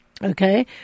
Okay